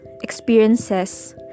experiences